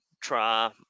try